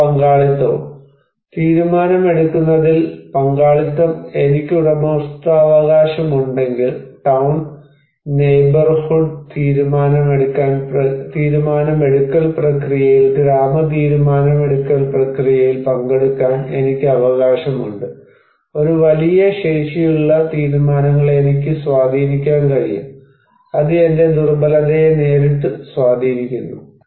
ഒപ്പം പങ്കാളിത്തവും തീരുമാനമെടുക്കുന്നതിൽ പങ്കാളിത്തം എനിക്ക് ഉടമസ്ഥാവകാശമുണ്ടെങ്കിൽ ടൌൺ നെയ്ഹ്ബൌർഹുഡ് തീരുമാനമെടുക്കൽ പ്രക്രിയയിൽ ഗ്രാമ തീരുമാനമെടുക്കൽ പ്രക്രിയയിൽ പങ്കെടുക്കാൻ എനിക്ക് അവകാശമുണ്ട് ഒരു വലിയ ശേഷിയുള്ള തീരുമാനങ്ങളെ എനിക്ക് സ്വാധീനിക്കാൻ കഴിയും അത് എന്റെ ദുർബലതയെ നേരിട്ട് സ്വാധീനിക്കുന്നു